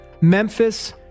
Memphis